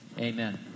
Amen